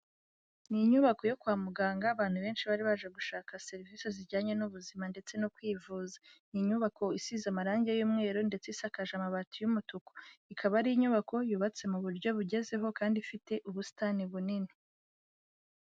Ni inyubako yo kwa muganga abantu benshi bari baje gushaka serivisi zijyanye n'ubuzima ndetse no kwivuza. Ni inyubako isize amarangi y'umweru ndetse isakaje amabati y'umutuku. Ikaba ari inyubako yubatse mu buryo bugezeho kandi ifite ubusitani bunini.